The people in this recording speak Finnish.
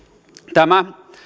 tämä